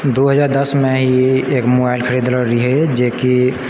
दू हजार दसमे ई एक मोबाइल खरीदले रहियै जे कि